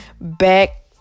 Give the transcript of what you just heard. back